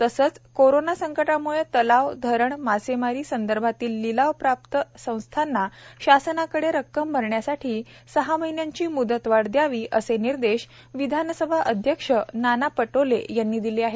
तसेच कोरोना संकटकाळामुळे तलाव धरण मासेमारी संदर्भातील लिलाव प्राप्त संस्थांना शासनाकडे रक्कम भरण्यासाठी सहा महिन्यांची मुदतवाढ द्यावी असे निर्देश विधानसभा अध्यक्ष नाना पटोले यांनी दिले आहेत